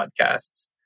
podcasts